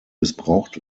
missbraucht